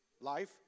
life